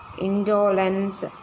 indolence